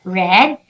red